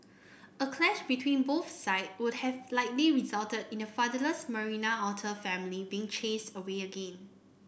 a clash between both side would have likely resulted in the fatherless Marina otter family being chased away again